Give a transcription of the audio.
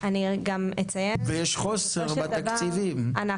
ויש גם חוסר של תקציבים.